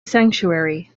sanctuary